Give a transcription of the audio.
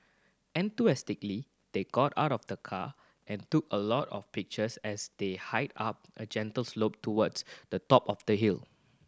enthusiastically they got out of the car and took a lot of pictures as they hiked up a gentle slope towards the top of the hill